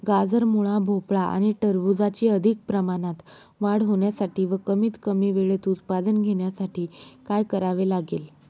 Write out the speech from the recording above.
गाजर, मुळा, भोपळा आणि टरबूजाची अधिक प्रमाणात वाढ होण्यासाठी व कमीत कमी वेळेत उत्पादन घेण्यासाठी काय करावे लागेल?